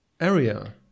area